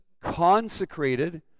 consecrated